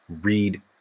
read